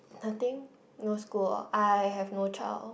nothing no school ah I have no child